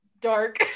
dark